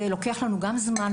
זה לוקח לנו גם זמן,